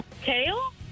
tail